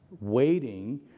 waiting